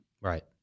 right